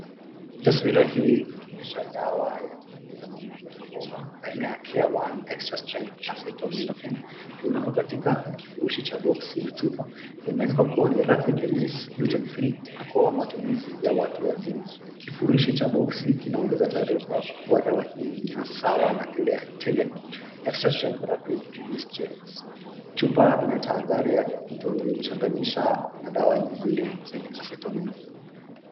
Taswira hii inaonyesha dawa ya kupunguza maumivu na homa aina ya care one extra strength acetominophen imewekwa katika kifurushi cha boksi na chupa. Imeandikwa kuwa ni rapid release gluten free na kwa matumizi ya watu wazima. Kifurushi cha boksi kinaongeza taarifa kuwa dawa hii ni ya sawa na ile ya tylenol extra strength rapid release gels . Chupa inatahadhari ya kutochanganyisha na dawa nyingine zenye acetaminophen .